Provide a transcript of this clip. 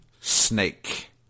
snake